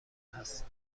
هستم